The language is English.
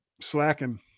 slacking